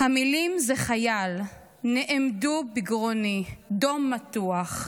/ המילים זה חייל / נעמדו / בגרוני / דום מתוח.